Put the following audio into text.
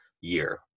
year